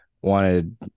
wanted